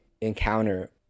encounter